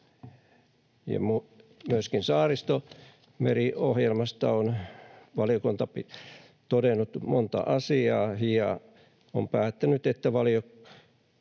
Myöskin Saaristomeri-ohjelmasta on valiokunta todennut monta asiaa ja on päättänyt, että valiokunnan